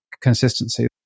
consistency